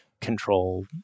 control